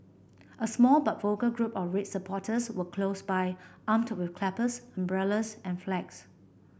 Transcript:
a small but vocal group of red supporters were close by armed with clappers umbrellas and flags